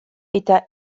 eta